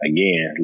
Again